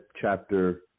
chapter